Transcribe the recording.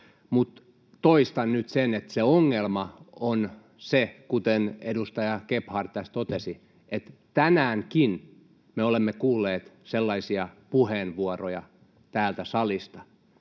Mutta toistan nyt sen, että se ongelma on se, kuten edustaja Gebhard tässä totesi, että tänäänkin me olemme kuulleet täältä salista